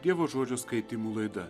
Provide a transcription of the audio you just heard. dievo žodžio skaitymų laida